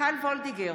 מיכל וולדיגר,